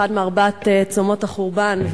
אחד מארבעת צומות החורבן,